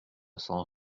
cents